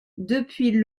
depuis